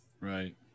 Right